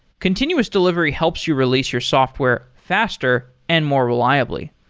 continuous delivery helps you release your software faster and more reliably.